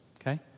okay